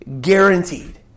guaranteed